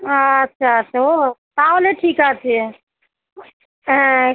আচ্ছা আচ্ছা ও তাহলে ঠিক আছে হ্যাঁ